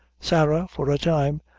sarah, for a time,